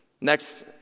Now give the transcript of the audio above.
Next